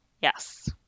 yes